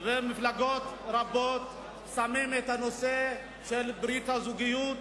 ומפלגות רבות נוספות שמו את הנושא של ברית הזוגיות,